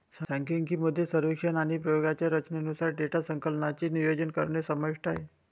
सांख्यिकी मध्ये सर्वेक्षण आणि प्रयोगांच्या रचनेनुसार डेटा संकलनाचे नियोजन करणे समाविष्ट आहे